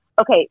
okay